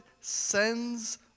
sends